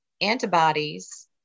antibodies